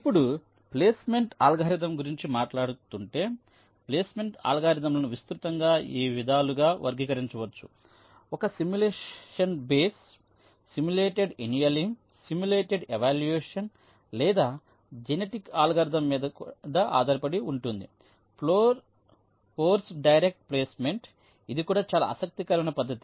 ఇప్పుడు ప్లేస్మెంట్ అల్గోరిథంల గురించి మాట్లాడుతుంటే ప్లేస్మెంట్ అల్గోరిథంలను విస్తృతంగా ఈ విధాలుగా వర్గీకరించవచ్చు ఒక simulation base simulated annealing simulated evolution లేదా జెనెటిక్ అల్గోరిథం మీద ఆధారపడి ఉంటుంది ఫోర్స్ డైరెక్ట్ ప్లేస్మెంట్ ఇది కూడా చాలా ఆసక్తికరమైన పద్ధతి